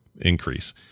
increase